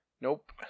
Nope